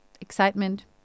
excitement